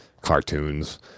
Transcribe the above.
cartoons